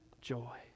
joy